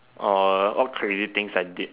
orh what crazy things I did